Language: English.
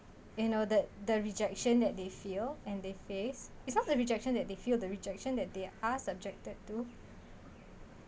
in ordered the rejection that they feel and they face it's not the rejection that they feel the rejection that they are subjected to